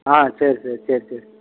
ஆ சரி ச சரி சரி